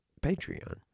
Patreon